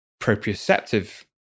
proprioceptive